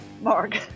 Mark